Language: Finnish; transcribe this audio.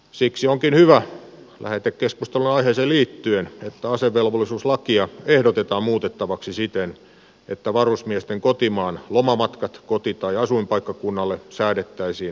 siksi onkin hyvä lähetekeskustelun aiheeseen liittyen että asevelvollisuuslakia ehdotetaan muutettavaksi siten että varusmiesten kotimaan lomamatkat koti tai asuinpaikkakunnalle säädettäisiin maksuttomiksi